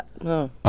no